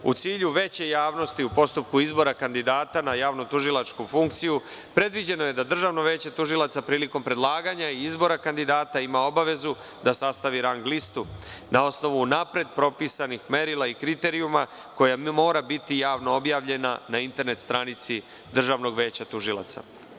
U cilju veće javnosti u postupku izbora kandidata na javno tužilačku funkciju, predviđeno je da Državno veće tužilaca prilikom predlaganja i izbora kandidata ima obavezu da sastavi rang listu na osnovu unapred propisanih merila i kriterijuma i koja mora biti javno objavljena na internet stranici Državnog veća tužilaca.